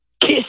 kiss